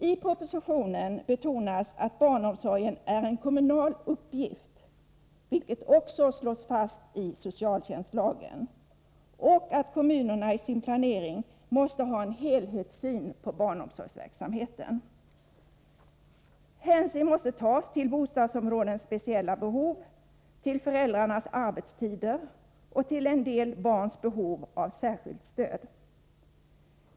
I propositionen betonas att barnomsorgen är en kommunal uppgift, vilket också slås fast i socialtjänstlagen, och att kommunerna i sin planering måste ha en helhetssyn på barnomsorgsverksamheten. Hänsyn måste tas till bostadsområdens speciella behov, till föräldrarnas arbetstider och till en del barns behov av särskilt stöd.